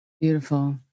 Beautiful